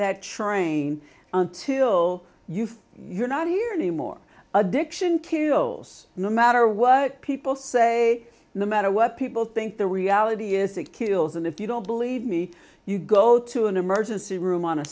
that train until you feel you're not here anymore addiction kills no matter what people say no matter what people think the reality is it kills and if you don't believe me you go to an emergency room on a